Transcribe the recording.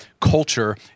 culture